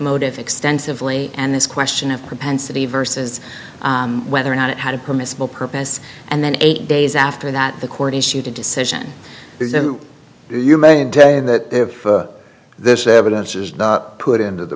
motive extensively and this question of propensity versus whether or not it had a permissible purpose and then eight days after that the court issued a decision that this evidence is put into the